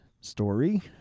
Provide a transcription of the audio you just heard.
story